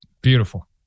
Beautiful